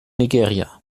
nigeria